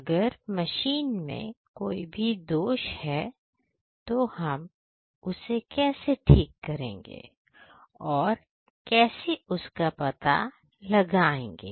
अगर मशीन में कहीं कोई भी दोष है तो हम उसे कैसे ठीक करेंगे और कैसे उसका पता लगाएंगे